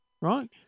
Right